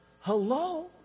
hello